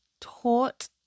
taught